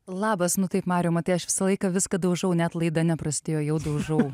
labas nu taip mariau matai aš visą laiką viską daužau net laida neprasidėjo jau daužau